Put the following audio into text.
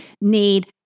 need